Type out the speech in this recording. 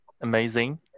amazing